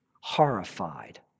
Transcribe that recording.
horrified